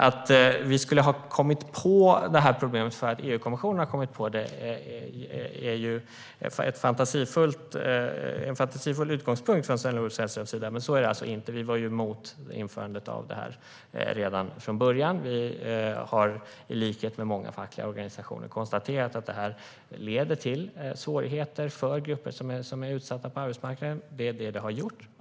Att vi skulle ha kommit på problemet för att EU-kommissionen har kommit på det är en fantasifull utgångspunkt från Sven-Olof Sällströms sida. Så är det inte. Vi var emot införandet av detta redan från början. Vi har i likhet med många fackliga organisationer konstaterat att det leder till svårigheter för grupper som är utsatta på arbetsmarknaden, och det är vad det har gjort.